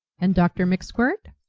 and dr. mcskwirt?